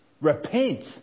Repent